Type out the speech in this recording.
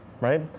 right